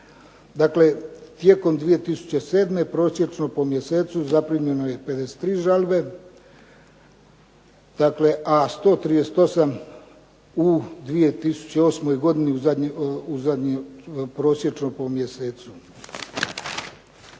Dakle tijekom 2007. prosječno po mjesecu zaprimljeno je 53 žalbe, dakle a 138 u 2008. godini u zadnje, prosječno po mjesecu.